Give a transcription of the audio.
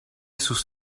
sus